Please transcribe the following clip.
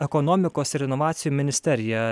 ekonomikos ir inovacijų ministerija